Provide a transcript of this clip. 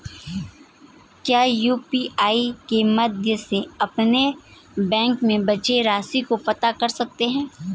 क्या यू.पी.आई के माध्यम से अपने बैंक में बची राशि को पता कर सकते हैं?